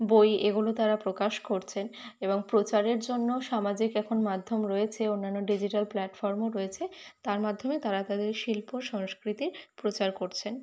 বই এগুলো তারা প্রকাশ করছেন এবং প্রচারের জন্য সামাজিক এখন মাধ্যম রয়েছে অন্যান্য ডিজিটাল প্ল্যাটফর্মও রয়েছে তার মাধ্যমে তারা তাদের শিল্প সংস্কৃতির প্রচার করছেন